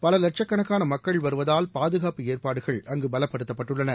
பல லட்சக்கணக்கான மக்கள் வருவதால் பாதுகாப்பு ஏற்பாடுகள் அங்கு பலப்படுத்தப்பட்டுள்ளன